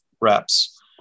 reps